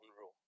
rule